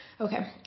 Okay